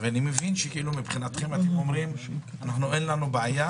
אני מבין שאתם אומרים שמבחינתכם אין בעיה,